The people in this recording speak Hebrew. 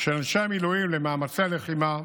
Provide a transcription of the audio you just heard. של אנשי המילואים למאמצי הלחימה,